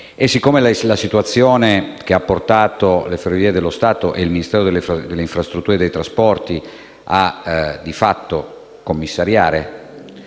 siccome la situazione che ha portato le Ferrovie dello Stato e il Ministero delle infrastrutture e dei trasporti a commissariare